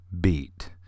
Beat